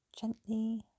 gently